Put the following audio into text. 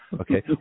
Okay